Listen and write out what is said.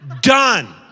Done